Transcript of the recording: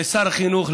לשר החינוך,